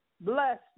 Bless